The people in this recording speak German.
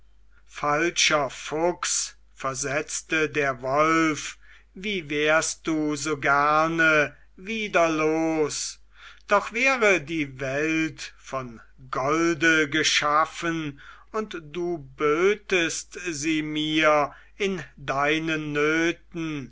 falscher fuchs versetzte der wolf wie wärst du so gerne wieder los doch wäre die welt von golde geschaffen und bötest du sie mir in deinen nöten